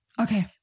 Okay